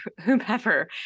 whomever